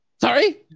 sorry